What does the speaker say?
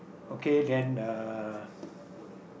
okay then uh